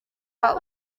but